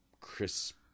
crisp